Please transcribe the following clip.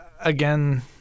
Again